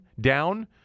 down